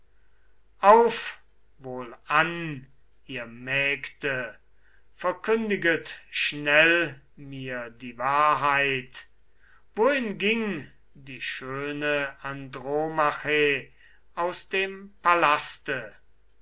wohlan ihr mägde verkündiget schnell mir die wahrheit wohin ging die schöne andromache aus dem